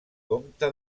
comte